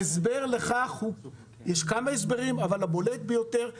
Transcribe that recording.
יש לכך כמה הסברים אבל הבולט ביותר הוא